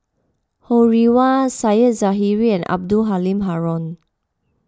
Ho Rih Hwa Said Zahari and Abdul Halim Haron